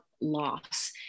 loss